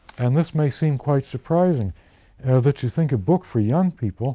and this may seem quite surprising that you think a book for young people